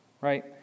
right